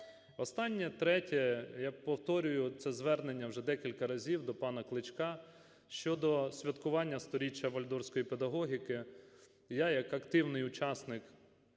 Останнє, третє. Я повторюю, це звернення вже декілька разів до пана Кличка щодо святкування 100-річчя вальдорфської педагогіки. Я як активний учасник